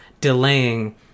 delaying